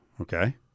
Okay